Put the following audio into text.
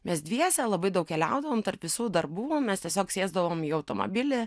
mes dviese labai daug keliaudavom tarp visų darbų mes tiesiog sėsdavom į automobilį